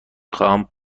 خواهم